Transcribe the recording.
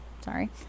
Sorry